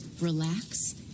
Relax